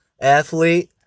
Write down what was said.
athlete